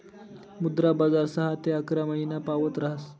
मुद्रा बजार सहा ते अकरा महिनापावत ऱहास